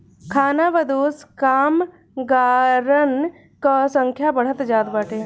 खानाबदोश कामगारन कअ संख्या बढ़त जात बाटे